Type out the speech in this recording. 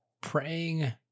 praying